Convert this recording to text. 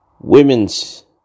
Women's